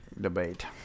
debate